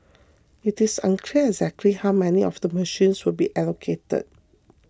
it is unclear exactly how many of the machines will be allocated